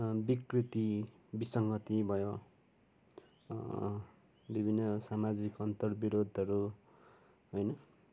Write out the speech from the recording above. विकृति विसङ्गति भयो विभिन्न सामाजिक अन्तर विरोधहरू होइन